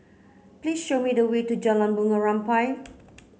please show me the way to Jalan Bunga Rampai